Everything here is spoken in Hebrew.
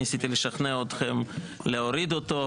ניסיתי לשכנע אתכם להוריד אותו,